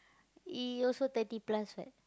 he also thirty plus [what]